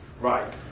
Right